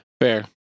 Fair